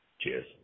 Cheers